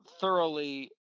thoroughly